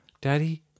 Daddy